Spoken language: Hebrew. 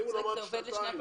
אם הוא למד לפחות שנתיים,